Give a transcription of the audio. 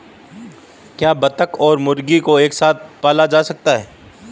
क्या बत्तख और मुर्गी को एक साथ पाला जा सकता है?